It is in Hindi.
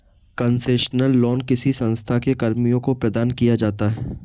कंसेशनल लोन किसी संस्था के कर्मियों को प्रदान किया जाता है